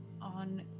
on